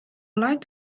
light